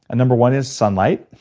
ah number one is sunlight,